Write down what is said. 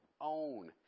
own